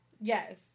Yes